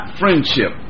friendship